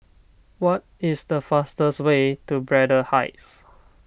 what is the fastest way to Braddell Heights